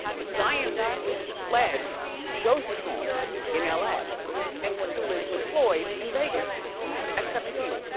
but zion recently fled josie's home in ah la and went to live with floyd in vegas at seventeen.